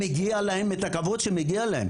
מגיע להם את הכבוד שמגיע להם.